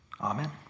Amen